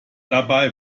dabei